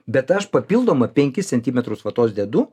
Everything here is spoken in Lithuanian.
bet aš papildomą penkis centimetrus vatos dedu